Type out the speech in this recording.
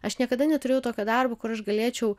aš niekada neturėjau tokio darbo kur aš galėčiau